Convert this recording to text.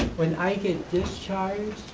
when i get discharged,